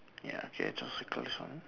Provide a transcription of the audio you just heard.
ya okay just circle this one